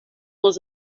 was